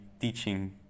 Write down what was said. teaching